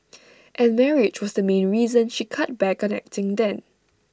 and marriage was the main reason she cut back on acting then